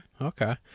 okay